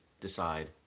decide